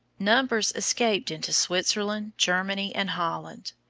numbers escaped into switzerland, germany, and holland.